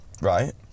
right